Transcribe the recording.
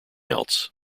else